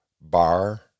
bar